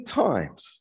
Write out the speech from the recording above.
times